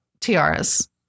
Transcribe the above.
tiaras